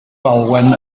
falwen